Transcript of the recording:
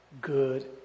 good